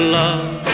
love